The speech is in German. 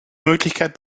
möglichkeit